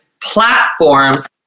platforms